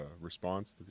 response